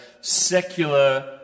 secular